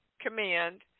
command